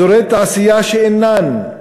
אזורי תעשייה שאינם,